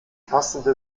passende